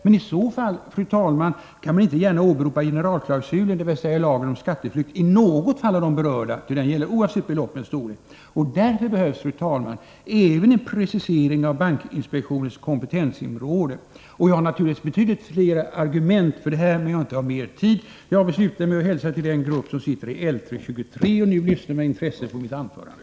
Men i så fall, fru talman, kan man inte gärna åberopa generalklausulen i lagen om skatteflykt i något av de berörda fallen, ty den gäller oavsett beloppets storlek. Därför behövs, fru talman, även en precisering av bankinspektionens kompetensområde. Jag har naturligtvis betydligt flera argument för detta, men jag har inte mer tid till mitt förfogande. Jag vill sluta med att hälsa till den grupp som nu sitter i sammanträdesrum L3-23 och nu med intresse lyssnar till mitt anförande.